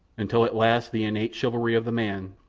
until at last the innate chivalry of the man,